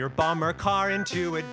your bomber car into